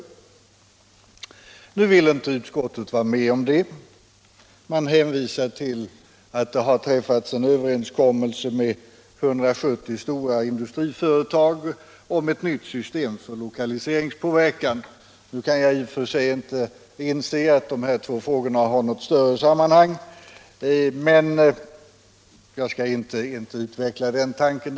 Utskottet vill emellertid inte vara med om detta utan hänvisar till att en överenskommelse har träffats med 170 stora industriföretag om ett nytt system för lokaliseringspåverkan. Jag kan i och för sig inte inse att dessa två frågor har något större sammanhang, men jag skall inte utveckla den tanken.